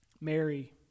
Mary